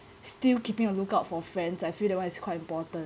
still keeping a lookout for friends I feel that one is quite important